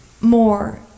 more